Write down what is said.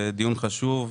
זה דיון חשוב.